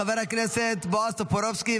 חבר הכנסת בועז טופורובסקי,